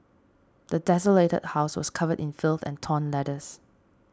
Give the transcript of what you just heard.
the desolated house was covered in filth and torn letters